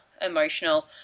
emotional